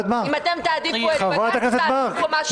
אם תעדיפו את --- או משהו אחר -- חברת הכנסת מארק,